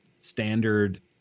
standard